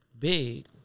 Big